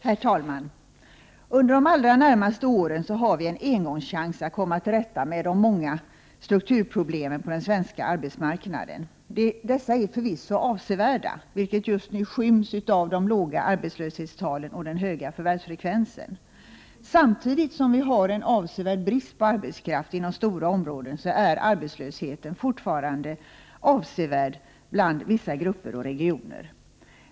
Herr talman! Under de allra närmaste åren har vi en engångschans att komma till rätta med många av strukturproblemen på den svenska arbetsmarknaden. Dessa är förvisso avsevärda, vilket dock just nu skyms av de låga arbetslöshetstalen och den höga förvärvsfrekvensen. Samtidigt som vi har en avsevärd brist på arbetskraft inom stora områden, är arbetslösheten fortfarande hög i vissa grupper och regioner.